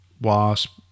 Wasp